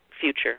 future